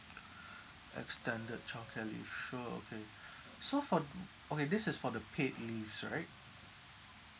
extended childcare leave sure okay so for okay this is for the paid leaves right